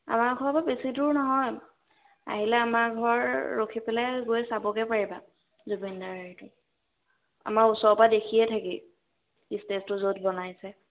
আমাৰ ঘৰৰ পা বেছি দূৰ নহয় আহিলে আমাৰ ঘৰ ৰখি পেলাই গৈ চাবগৈ পাৰিবা জুবিনদাৰ হেৰিটো আমাৰ ওচৰৰ পা দেখিয়ে থাকি ষ্টেজটো য'ত বনাইছে